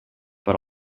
but